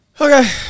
okay